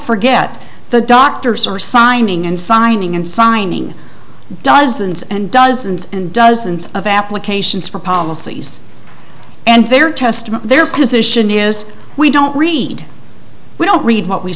forget the doctors are signing and signing and signing dozens and dozens and dozens of applications for policies and their testament their position is we don't read we don't read what we